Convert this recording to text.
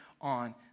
on